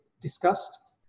discussed